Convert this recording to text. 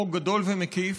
חוק גדול ומקיף.